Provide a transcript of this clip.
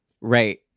Right